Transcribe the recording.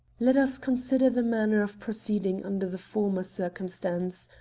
let us consider the manner of proceeding under the former circumstance.